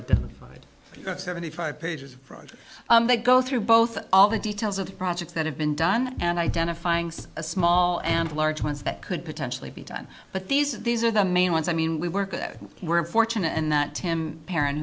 identified that seventy five pages for they go through both all the details of the projects that have been done and identifying a small and large ones that could potentially be done but these are these are the main ones i mean we work at we're fortunate and that tim parent